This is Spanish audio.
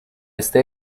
este